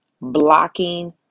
Blocking